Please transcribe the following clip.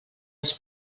els